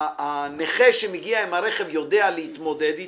שהנכה שמגיע עם הרכב יודע להתמודד איתה.